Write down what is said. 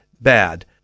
bad